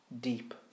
deep